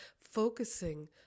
focusing